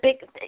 big